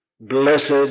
Blessed